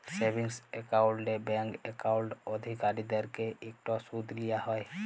savings একাউল্টে bank account অধিকারীদেরকে ইকট সুদ দিয়া হ্যয়